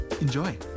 Enjoy